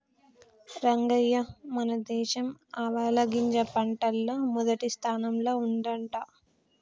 రంగయ్య మన దేశం ఆవాలగింజ పంటల్ల మొదటి స్థానంల ఉండంట